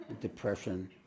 depression